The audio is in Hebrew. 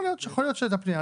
יכול להיות שהייתה פנייה.